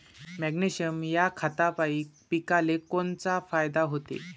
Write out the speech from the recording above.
Magnesium ह्या खतापायी पिकाले कोनचा फायदा होते?